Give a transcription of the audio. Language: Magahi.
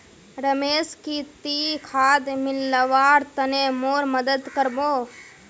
रमेश की ती खाद मिलव्वार तने मोर मदद कर बो